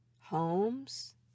homes